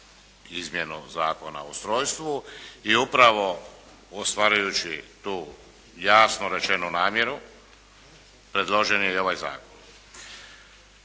izmjenu zakona o ustrojstvu i upravo ostvarujući tu jasno rečenu namjeru predložen je i ovaj zakon.